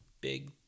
big—